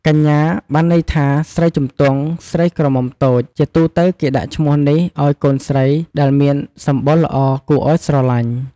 កញ្ញា បានន័យថា ស្រីជំទង់ ស្រីក្រមុំតូច។ ជាទូទៅគេដាក់ឈ្មោះនេះឲ្យកូនស្រីដែលមាន សម្បុរល្អគួរឲ្យស្រឡាញ់។